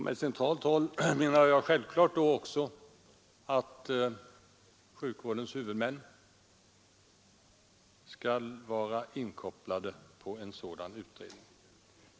Med ”centralt håll” menar jag då att sjukvårdens huvudmän självklart skall vara inkopplade på en sådan utredning.